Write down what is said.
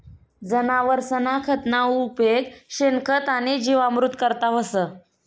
जनावरसना खतना उपेग शेणखत आणि जीवामृत करता व्हस